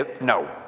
no